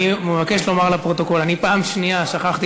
אני מבקש לומר לפרוטוקול: בפעם השנייה שכחתי